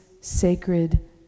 sacred